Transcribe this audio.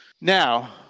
Now